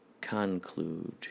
conclude